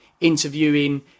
interviewing